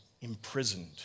Imprisoned